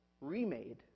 remade